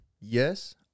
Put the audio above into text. yes